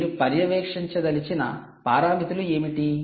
మీరు పర్యవేక్షించదలిచిన పారామితులు ఏమిటి